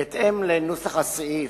בהתאם לנוסח הסעיף,